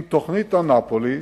עם תוכנית אנאפוליס,